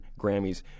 Grammys